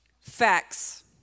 Facts